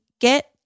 get